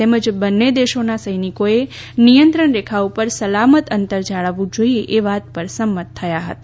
તેમજ બંન્ને દેશોનાં સૌનિકોએ નિયંત્રણરેખા ઉપર સલામત અંતર જાળવવું જોઈએ એ વાત પર સંમત થયા હતા